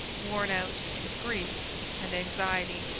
worn out with grief and anxiety.